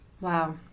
Wow